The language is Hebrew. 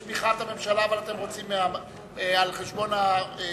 יש תמיכת ממשלה, אבל אתם רוצים על חשבון המכסות.